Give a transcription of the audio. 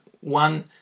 one